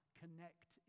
connect